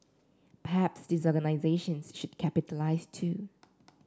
perhaps these organisations should capitalise too